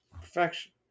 Perfection